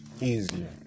easier